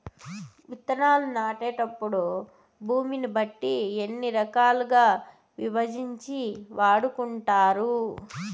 విత్తనాలు నాటేటప్పుడు భూమిని బట్టి ఎన్ని రకాలుగా విభజించి వాడుకుంటారు?